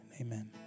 Amen